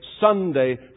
Sunday